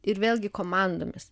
ir vėlgi komandomis